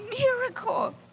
miracle